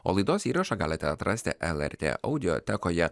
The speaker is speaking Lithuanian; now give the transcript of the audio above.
o laidos įrašą galite atrasti lrt audiotekoje